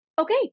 Okay